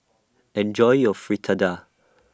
Enjoy your Fritada